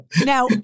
Now